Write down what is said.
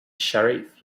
sharif